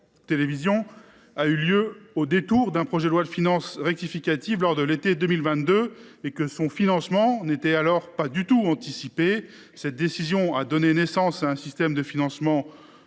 a eu lieu au détour d’un projet de loi de finances rectificative, lors de l’été 2022. La question du financement du secteur n’avait alors pas du tout été anticipée. Cette décision a donné naissance à un système temporaire et